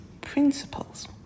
principles